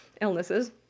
illnesses